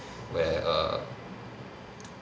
where err